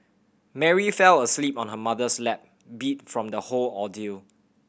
Mary fell asleep on her mother's lap beat from the whole ordeal